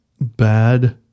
bad